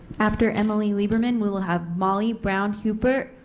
after emily lieberman we will have molly brown huppert,